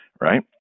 right